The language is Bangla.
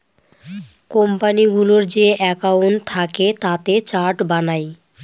কোম্পানিগুলোর যে একাউন্ট থাকে তাতে চার্ট বানায়